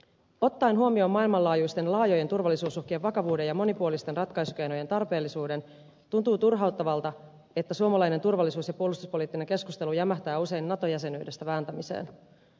ottaen huomioon maailmanlaajuisten laajojen turvallisuusuhkien vakavuuden ja monipuolisten ratkaisukeinojen tarpeellisuuden tuntuu turhauttavalta että suomalainen turvallisuus ja puolustuspoliittinen keskustelu jämähtää usein nato jäsenyydestä vääntämiseen